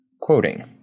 Quoting